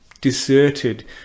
deserted